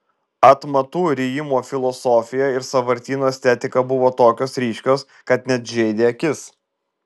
atmatų rijimo filosofija ir sąvartyno estetika buvo tokios ryškios kad net žeidė akis